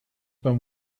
been